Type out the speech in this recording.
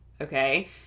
okay